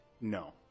No